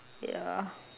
ya